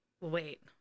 wait